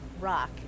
rock